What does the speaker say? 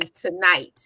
tonight